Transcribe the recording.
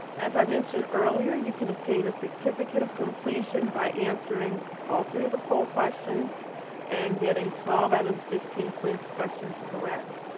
as i mentioned earlier, you can obtain a certificate of completion by answering all three of the poll questions and getting twelve out of the fifteen quiz questions correctly.